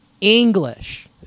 English